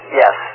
yes